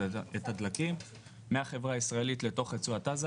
הדלקים מהחברה הישראלית לתוך רצועת עזה.